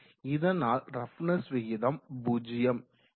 இதனால் ரஃப்னஸ் விகிதம் 0